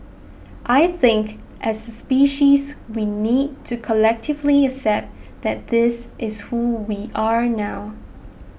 I think as a species we need to collectively accept that this is who we are now